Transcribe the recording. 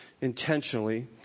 intentionally